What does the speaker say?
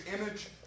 image